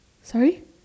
sorry